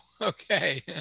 okay